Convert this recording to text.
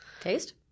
Taste